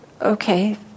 okay